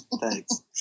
Thanks